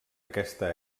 aquesta